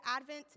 Advent